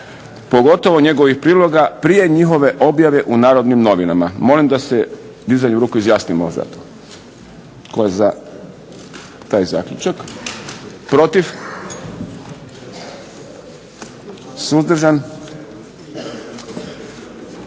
pogotovo njihovih priloga prije njihove objave u Narodnim novinama. Molim da se dizanjem ruku izjasnimo za to. Tko je za? Protiv? Suzdržan?